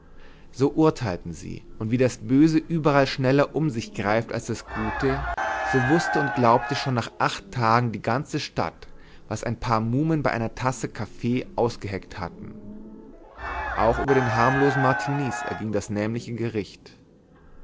so urteilten sie und wie das böse überall schneller um sich greift als das gute so wußte und glaubte schon nach acht tagen die ganze stadt was ein paar muhmen bei einer tasse kaffee ausgeheckt hatten auch über den harmlosen martiniz erging das nämliche gericht